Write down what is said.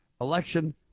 election